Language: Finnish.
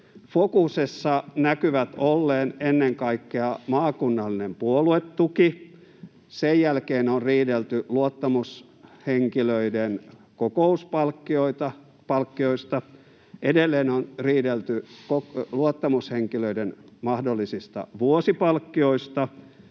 Fokuksessa näkyy olleen ennen kaikkea maakunnallinen puoluetuki, ja sen jälkeen on riidelty luottamushenkilöiden kokouspalkkioista. Edelleen on riidelty luottamushenkilöiden mahdollisista vuosipalkkioista,